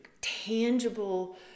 tangible